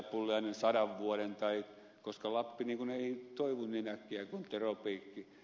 pulliainen sadan vuoden päästä koska lappi ei toivu niin äkkiä kuin tropiikki